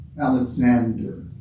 Alexander